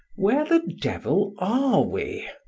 where the devil are we?